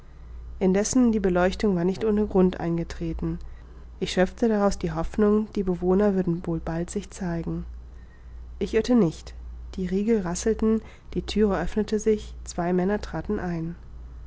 indessen die beleuchtung war nicht ohne grund eingetreten ich schöpfte daraus die hoffnung die bewohner würden wohl bald sich zeigen ich irrte nicht die riegel rasselten die thüre öffnete sich zwei männer traten ein